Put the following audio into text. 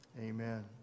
amen